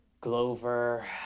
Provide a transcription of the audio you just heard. Glover